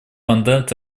мандат